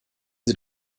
sie